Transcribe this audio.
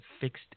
fixed